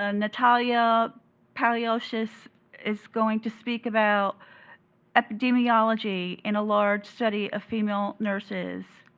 ah natalia palacios is is going to speak about epidemiology in a large study of female nurses.